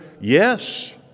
Yes